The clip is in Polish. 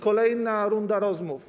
Kolejna runda rozmów.